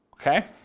Okay